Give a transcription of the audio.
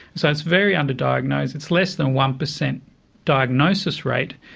so it's very under-diagnosed, it's less than one percent diagnosis rate,